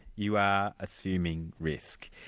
you are assuming risk.